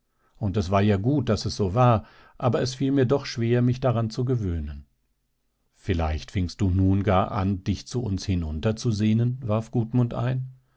und es war ja gut daß es so war aber es fiel mir doch schwer mich daran zu gewöhnen vielleicht fingst du nun gar an dich zu uns hinunter zu sehnen warf gudmund hin